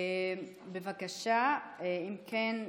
אם כן,